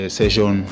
session